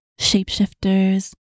shapeshifters